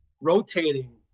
rotating